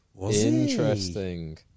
Interesting